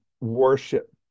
worship